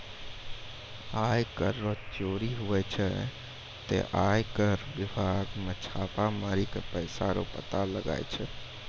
आय कर रो चोरी हुवै छै ते आय कर बिभाग मे छापा मारी के पैसा रो पता लगाय छै